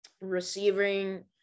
receiving